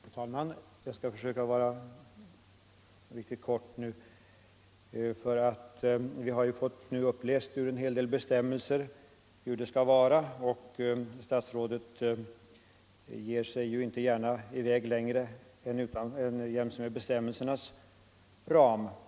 Herr talman! Jag skall försöka vara mycket kortfattad. Vi har fått uppläst en hel del bestämmelser om hur det skall vara. Statsrådet ger sig ju inte gärna i väg längre än jäms med bestämmelsernas ram.